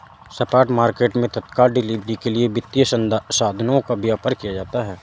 spot market मैं तत्काल delivery के लिए वित्तीय साधनों का व्यापार किया जाता है